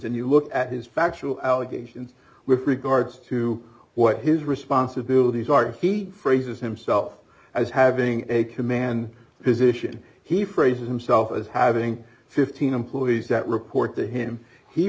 and you look at his factual allegations with regards to what his responsibilities are to feed phrases himself as having a command position he phrases himself as having fifteen employees that report to him he